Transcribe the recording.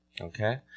okay